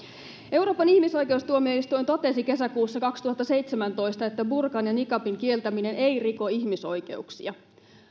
euroopan ihmisoikeustuomioistuin totesi kesäkuussa kaksituhattaseitsemäntoista että burkan ja niqabin kieltäminen ei riko ihmisoikeuksia